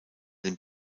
den